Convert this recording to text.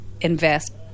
invest